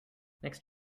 next